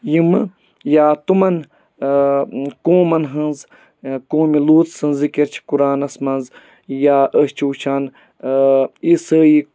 یِمہٕ یا تِمَن قومَن ہٕنٛز قومہِ لوٗط سٕنٛز ذِکِر چھِ قُرانَس منٛز یا أسۍ چھِ وٕچھان عیٖسٲیی